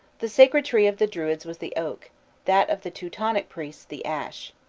the sacred tree of the druids was the oak that of the teutonic priests the ash.